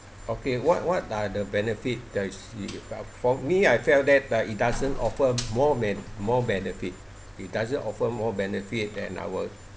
okay what what are the benefit does the for me I felt that ah it doesn't offer more than more benefit it doesn't offer more benefit than I will